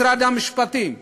משרד המשפטים.